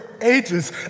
ages